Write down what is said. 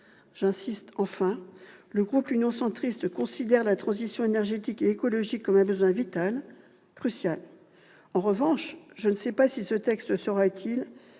J'insiste enfin : le groupe Union Centriste considère la transition énergétique et écologique comme un besoin vital, crucial. Je ne sais pas si ce texte sera utile,